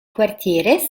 quartiere